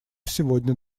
сегодня